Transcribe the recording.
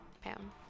Pam